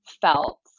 felt